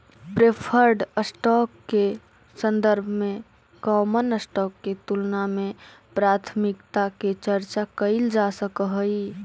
preferred stock के संदर्भ में कॉमन स्टॉक के तुलना में प्राथमिकता के चर्चा कैइल जा सकऽ हई